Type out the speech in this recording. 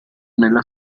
nella